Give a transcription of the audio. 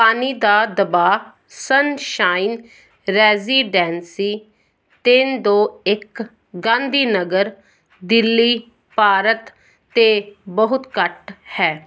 ਪਾਣੀ ਦਾ ਦਬਾਅ ਸਨਸ਼ਾਈਨ ਰੈਜ਼ੀਡੈਂਸੀ ਤਿੰਨ ਦੋ ਇੱਕ ਗਾਂਧੀ ਨਗਰ ਦਿੱਲੀ ਭਾਰਤ 'ਤੇ ਬਹੁਤ ਘੱਟ ਹੈ